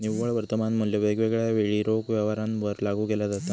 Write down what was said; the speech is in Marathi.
निव्वळ वर्तमान मुल्य वेगवेगळ्या वेळी रोख व्यवहारांवर लागू केला जाता